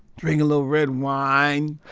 drinking a little red wine,